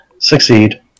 Succeed